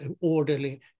orderly